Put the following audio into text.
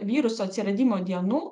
viruso atsiradimo dienų